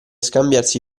scambiarsi